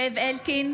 זאב אלקין,